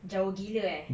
jauh gila eh